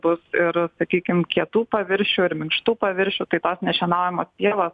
bus ir sakykim kietų paviršių ar minkštų paviršių tai tos nešienaujamos pievos